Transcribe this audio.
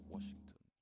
Washington